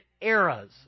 eras